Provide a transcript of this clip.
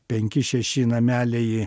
penki šeši nameliai